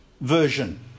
version